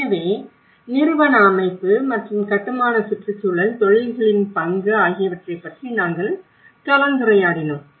எனவே நிறுவன அமைப்பு மற்றும் கட்டுமான சுற்றுச்சூழல் தொழில்களின் பங்கு ஆகியவற்றைப்பற்றி நாங்கள் கலந்துரையாடினோம்